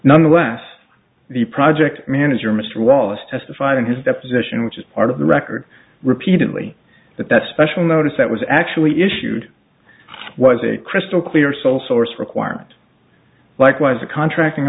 nonetheless the project manager mr wallace testified in his deposition which is part of the record repeatedly that that special notice that was actually issued was a crystal clear sole source requirement likewise a contracting